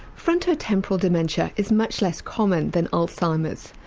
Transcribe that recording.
frontotemporal dementia is much less common that alzheimer's.